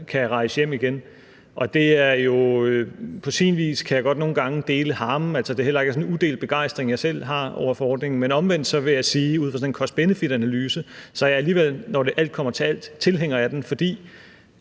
kan rejse hjem igen. På sin vis kan jeg godt nogle gange dele harmen. Det er heller ikke en udelt begejstring, jeg selv føler for ordningen, men omvendt vil jeg ud fra sådan en cost-benefit-analyse sige, at når alt kommer til alt, er jeg alligevel